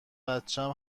بچم